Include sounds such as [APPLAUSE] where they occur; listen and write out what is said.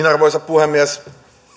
[UNINTELLIGIBLE] arvoisa puhemies